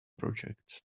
project